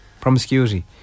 Promiscuity